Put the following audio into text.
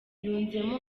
yunzemo